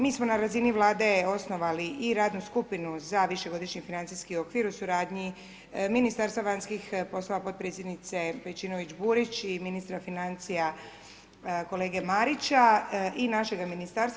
Mi smo na razini Vlade osnovali i radnu skupinu za višegodišnji financijski okvir u suradnji Ministarstva vanjskih poslova potpredsjednice Pejčinović-Burić i ministra financija kolega Marića i našega Ministarstva.